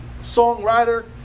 songwriter